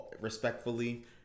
respectfully